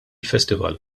festival